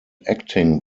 acting